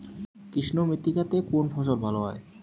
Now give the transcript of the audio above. কৃষ্ণ মৃত্তিকা তে কোন ফসল ভালো হয়?